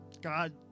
God